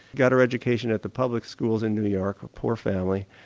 got her education at the public schools in new york, a poor family,